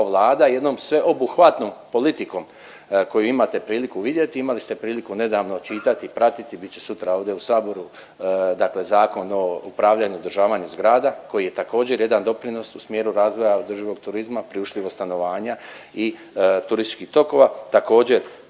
Vlada jednom sveobuhvatnom politikom koju imate priliku vidjeti i imali ste priliku nedavno čitati, pratiti, bit će sutra ovdje u Saboru dakle Zakon o upravljanju i održavanju zgrada koji je također, jedan doprinos u smjeru razvoja održivog turizma, priuštivog stanovanja i turističkih tokova, također,